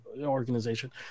organization